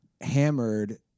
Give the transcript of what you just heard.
hammered